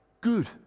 Good